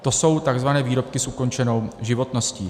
To jsou takzvané výrobky s ukončenou životností.